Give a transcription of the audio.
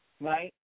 right